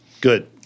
Good